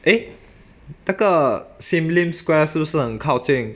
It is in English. eh 那个 sim lim square 是不是很靠近